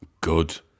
Good